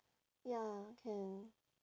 ya can